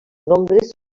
nombres